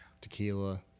tequila –